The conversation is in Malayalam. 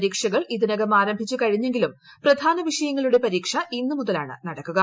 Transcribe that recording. പരീക്ഷകൾ ഇതിനകം ആരംഭിച്ചുകഴിഞ്ഞെങ്കിലും പ്രധാന വിഷയങ്ങളുടെ പരീക്ഷ ഇന്നു മുതലാണ് നടക്കുക